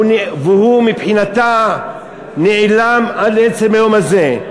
והוא מבחינתה נעלם עד עצם היום הזה.